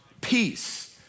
Peace